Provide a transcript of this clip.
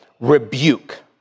rebuke